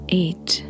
eight